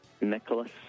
Nicholas